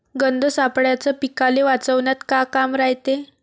गंध सापळ्याचं पीकाले वाचवन्यात का काम रायते?